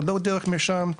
או לא דרך מרשם,